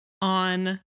on